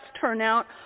turnout